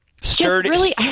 Sturdy